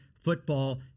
football